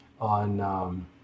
on